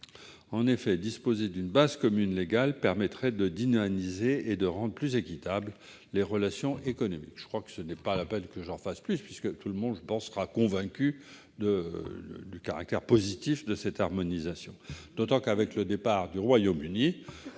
En effet, disposer d'une base commune légale permettrait de dynamiser et de rendre plus équitables les relations économiques. Je crois que tout le monde sera convaincu du caractère positif de cette harmonisation. D'autant qu'avec le départ du Royaume-Uni